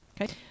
Okay